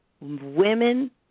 women